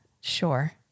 sure